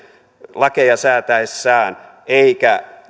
lakeja säätäessään eikä